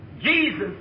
Jesus